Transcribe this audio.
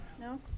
No